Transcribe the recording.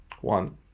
One